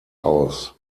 aus